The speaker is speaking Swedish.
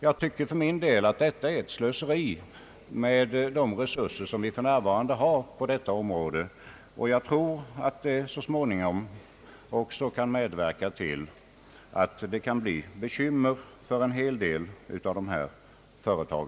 Jag tycker för min del att detta är ett slöseri med de resurser vi för närvarande har på detta område, och jag tror att det så småningom också kan medverka till att det blir bekymmer för en hel del av dessa företag.